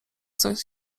coś